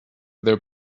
their